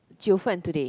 Jiufen today